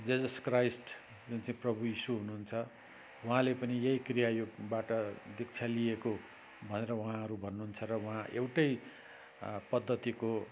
Jesus Christ जुन चाहिँ प्रभु यिसु हुनुहुन्छ उहाँले पनि यही क्रियायोगबाट दीक्षा लिएको भनेर उहाँहरू भन्नुहुन्छ र उहाँ एउटै पद्धतिको